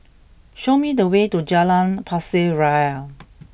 show me the way to Jalan Pasir Ria